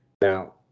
Now